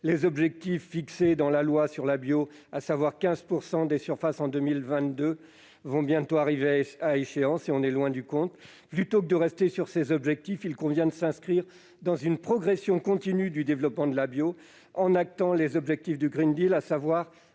Les objectifs fixés dans la loi sur l'agriculture, à savoir 15 % des surfaces en bio en 2022, vont bientôt arriver à échéance, et on est loin du compte. Plutôt que d'en rester à ces objectifs, il convient de s'inscrire dans une progression continue du développement de l'agriculture biologique en actant les objectifs du, à savoir